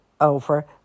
over